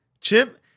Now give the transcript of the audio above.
Chip